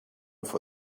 for